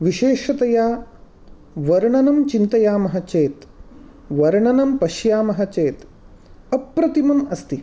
विशेषतया वर्णनं चिन्तयामः चेत् वर्णनं पश्यामः चेत् अप्रतिमम् अस्ति